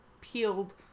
peeled